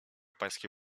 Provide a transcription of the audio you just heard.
pańskie